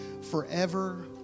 forever